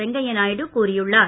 வெங்கையா நாயுடு கூறியுள்ளார்